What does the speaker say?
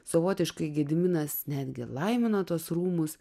savotiškai gediminas netgi laimina tuos rūmus